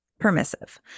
permissive